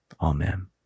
Amen